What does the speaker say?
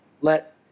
let